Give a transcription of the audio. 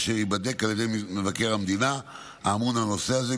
אשר ייבדק על ידי מבקר המדינה האמון על הנושא הזה.